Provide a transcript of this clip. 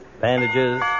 Bandages